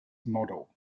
model